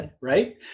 right